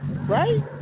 right